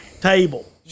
table